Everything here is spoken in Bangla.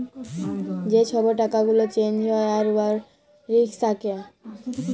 যে ছব টাকা গুলা চ্যাঞ্জ হ্যয় আর উয়ার রিস্ক থ্যাকে